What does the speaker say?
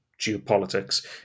Geopolitics